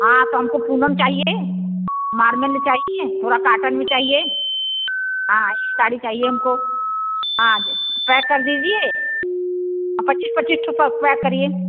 हाँ तो हमको पूनम चाहिए मारमेल में चाहिए थोड़ा काटन में चाहिए हाँ यह साड़ी चाहिए हमको हाँ पैक कर दीजिए पच्चीस पच्चीस ठो पैक करिए